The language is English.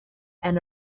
and